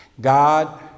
God